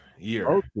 Year